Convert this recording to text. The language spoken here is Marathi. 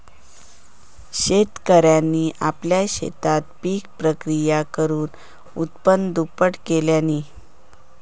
शेतकऱ्यांनी आपल्या शेतात पिक प्रक्रिया करुन उत्पन्न दुप्पट केल्यांनी